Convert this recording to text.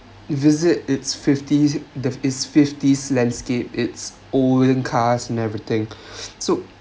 visit it’s fifties the it's fifties landscape it's olden cast everything so